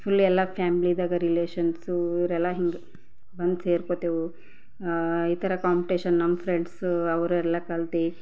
full ಎಲ್ಲ ಫ್ಯಾಮ್ಲಿದಾಗ relations ಇವರೆಲ್ಲ ಹಿಂಗೆ ಬಂದು ಸೇರ್ಕೊತೇವು ಈ ಥರ ಕಾಂಪ್ಟೇಷನ್ ನಮ್ಮ ಫ್ರೆಂಡ್ಸು ಅವರೆಲ್ಲ ಕಲೆತು